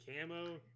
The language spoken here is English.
camo